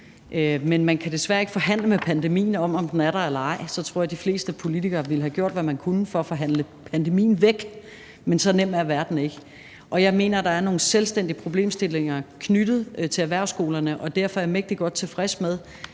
Men man kan desværre ikke forhandle med pandemien om, om den er der eller ej, for så tror jeg, de fleste politikere ville have gjort, hvad man kunne, for at få forhandlet pandemien væk, men så nem er verden ikke. Og jeg mener, der er nogle selvstændige problemstillinger knyttet til erhvervsskolerne, og derfor er jeg mægtig godt tilfreds med,